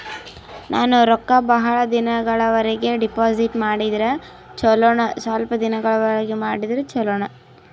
ನಾನು ರೊಕ್ಕ ಬಹಳ ದಿನಗಳವರೆಗೆ ಡಿಪಾಜಿಟ್ ಮಾಡಿದ್ರ ಚೊಲೋನ ಸ್ವಲ್ಪ ದಿನಗಳವರೆಗೆ ಮಾಡಿದ್ರಾ ಚೊಲೋನ?